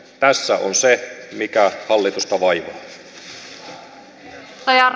tässä on se mikä hallitusta vaivaa